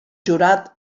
jurat